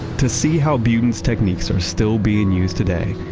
to see how budin's techniques are still being used today,